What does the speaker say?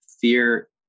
fear